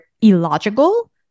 illogical